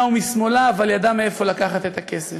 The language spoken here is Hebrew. ומשמאלה אבל ידעה מאיפה לקחת את הכסף.